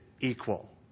equal